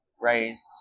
raised